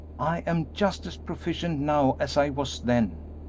i am just as proficient now as i was then!